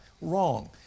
Wrong